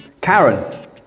Karen